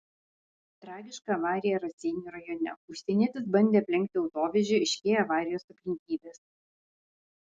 tragiška avarija raseinių rajone užsienietis bandė aplenkti autovežį aiškėja avarijos aplinkybės